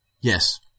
Yes